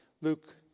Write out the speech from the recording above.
Luke